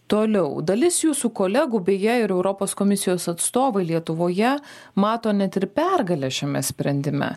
toliau dalis jūsų kolegų beje ir europos komisijos atstovai lietuvoje mato net ir pergalę šiame sprendime